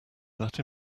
that